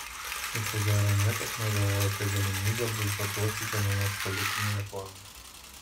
ir ko gero niekas negalvojo apie galimybę boikotuoti kieno nors politinę reklamą